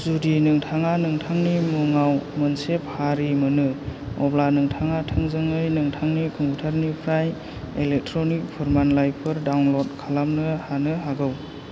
जुदि नोंथाङा नोंथांनि मुङाव मोनसे फारि मोनो अब्ला नोंथाङा थोंजोङै नोंथांनि कमप्यूटरनिफ्राय इलेक्ट्रनिक फोरमानलायफोर डाउनलड खालामनो हानो हागौ